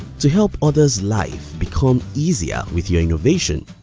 to help others' life become easier with your innovation,